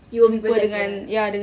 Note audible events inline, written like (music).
(noise)